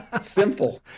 Simple